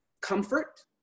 comfort